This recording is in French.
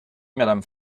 madame